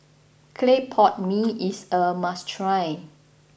Clay Pot Mee is a must try